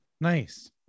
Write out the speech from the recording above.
Nice